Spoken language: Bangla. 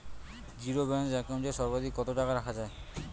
জীরো ব্যালেন্স একাউন্ট এ সর্বাধিক কত টাকা রাখা য়ায়?